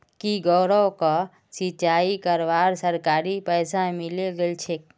की गौरवक सिंचाई करवार सरकारी पैसा मिले गेल छेक